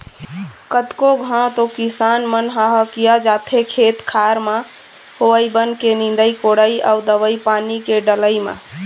कतको घांव तो किसान मन ह हकिया जाथे खेत खार म होवई बन के निंदई कोड़ई अउ दवई पानी के डलई म